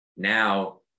Now